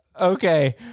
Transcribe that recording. Okay